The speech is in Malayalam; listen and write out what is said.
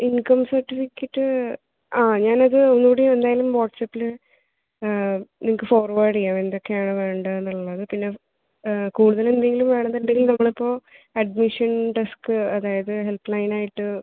ഇൻകം സർട്ടിഫിക്കറ്റ് ആ ഞാൻ അത് ഒന്നൂടി എന്തായാലും വാട്സപ്പിൽ നിങ്ങൾക്ക് ഫോർവേഡ് ചെയ്യാം എന്തൊക്കെയാണ് വേണ്ടേന്നുള്ളത് പിന്നെ കൂടുതലെന്തെങ്കിലും വേണമെന്നുണ്ടെങ്കിൽ നമ്മളിപ്പോൾ അഡ്മിഷൻ ഡെസ്ക് അതായത് ഹെല്പ് ലൈൻ ആയിട്ട്